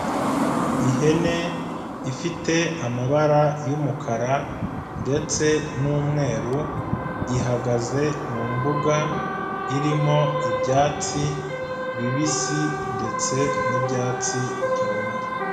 Ihene ifite amabara y'umukara ndetse n'umweru ihagaze mu mbuga irimo ibyatsi bibisi ndetse n'ibyatsi byumye.